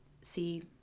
see